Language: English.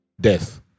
death